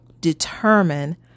determine